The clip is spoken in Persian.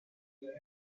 ایرانی